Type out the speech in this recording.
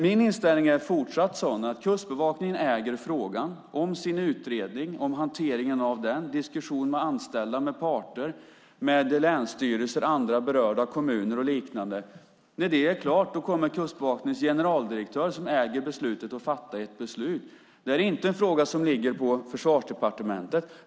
Min inställning är fortsatt den att Kustbevakningen äger frågorna om sin utredning, hanteringen av den, diskussioner med anställda, parter, länsstyrelser och andra berörda, som kommuner. När det är klart kommer Kustbevakningens generaldirektör, som äger beslutet, att fatta ett beslut. Det är inte en fråga som ligger på Försvarsdepartementet.